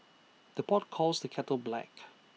the pot calls the kettle black